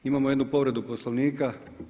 Imamo jednu povredu Poslovnika.